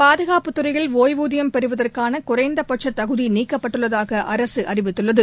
பாதுகாப்புத் துறையில் ஒய்வூதியம் பெறுவதற்கான குறைந்தபட்ச தகுதி நீக்கப்பட்டுள்ளதாக அரசு அறிவித்துள்ளது